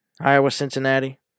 Iowa-Cincinnati